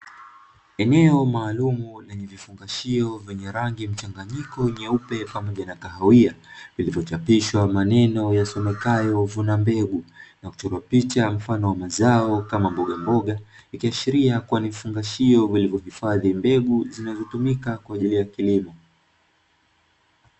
Eneo maalumu lenye vifungashio vyenye rangi mchanganyiko nyeupe pamoja na kahawia vilivyochapishwa maneno yasomekayo ''vuna mbegu'' na kuchorwa picha mfano wa mazao kama mbogamboga, ikiashiria kuwa ni vifungashio vilivyohifadhi mbegu zinazotumika kwa ajili ya kilimo.